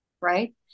right